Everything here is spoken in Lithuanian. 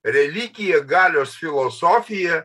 religija galios filosofija